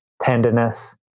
tenderness